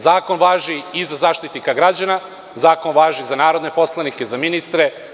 Zakon važi i za Zaštitnika građana, za narodne poslanike, za ministre.